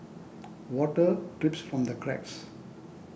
water drips from the cracks